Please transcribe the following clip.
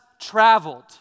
traveled